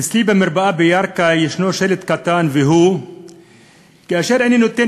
אצלי במרפאה בירכא יש שלט קטן: כאשר אני נותן